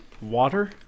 water